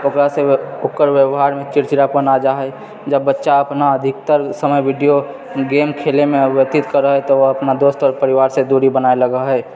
ओकरा से ओकर व्यवहारमे चिड़चिड़ापन आ जाइत हइ जब बच्चा अपना अधिकतम समय विडीओ गेम खेलयमे व्यतीत करैत हइ तऽ ओ अपना दोस्त आओर परिवार से दूरी बनाबय लगैत हइ